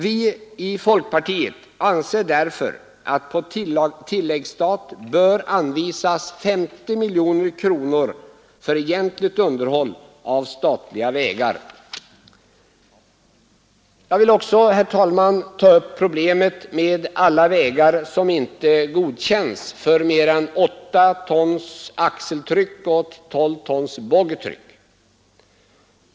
Vi i folkpartiet anser därför att på tilläggsstat bör anvisas 50 miljoner kronor för egentligt underhåll av statliga vägar. Jag vill också, herr talman, ta upp problemet med alla vägar som inte godkänns för mer än 8 tons axeltryck och 12 tons boggitryck.